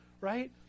right